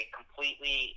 completely